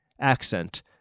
accent